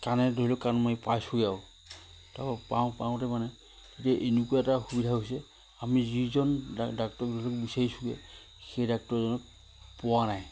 কাণে ধৰি লওক কাণ মাৰি পাইছোগৈ আও তো পাওঁ পাওঁতে মানে এতিয়া এনেকুৱা এটা সুবিধা হৈছে আমি যিজন ডাক্তৰ ধৰি লওক বিচাৰিছোগে সেই ডাক্টৰজনক পোৱা নাই